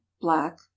black